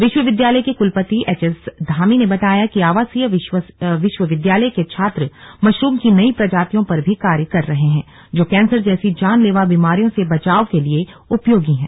विश्वविद्यालय के कुलपति एच एस धामी ने बताया कि आवासीय विश्वविद्यालय के छात्र मशरूम की नई प्रजातियों पर भी कार्य कर रहे हैं जो कैंसर जैसी जानलेवा बीमारियों से बचाव के लिए उपयोगी हैं